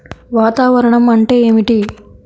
వాతావరణం అంటే ఏమిటి?